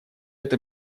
это